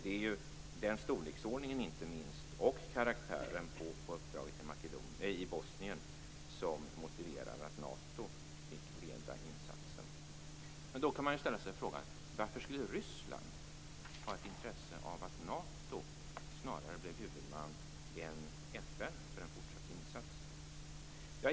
Det är inte minst den storleksordningen och karaktären på uppdraget i Bosnien som motiverar att Nato får leda insatsen. Då kan man ställa sig frågan: Varför skulle Ryssland ha ett intresse av att Nato snarare än FN blev huvudman för en fortsatt insats?